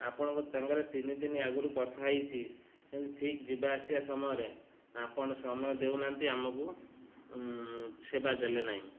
ଆପଣଙ୍କୁ ତାଙ୍କରେ ତିନି ଦିନି ଆଗରୁ କଥା ହେଇଛିି କିୁ ଠିକ ଯିବା ଆସିବା ସମୟରେ ଆପଣ ସମୟ ଦେଉନାହାନ୍ତି ଆମକୁ ସେବା ଦେଲେ ନାହିଁ